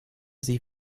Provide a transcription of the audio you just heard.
sie